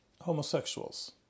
homosexuals